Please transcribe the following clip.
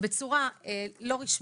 בצורה לא רשמית,